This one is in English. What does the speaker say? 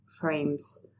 frames